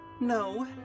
No